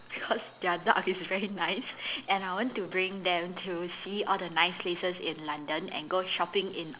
because their duck is very nice and I want to bring them to see all the nice places in London and go shopping in